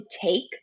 take